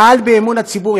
מעל באמון הציבור,